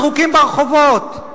יש לך מחלוקת, אולי,